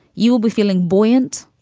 you'll be feeling buoyant,